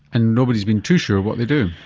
and nobody's been too sure what they do.